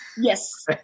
Yes